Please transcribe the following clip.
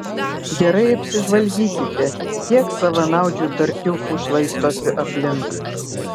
gerai apsižvalgykite kiek savanaudžių tartiufų šlaistosi aplink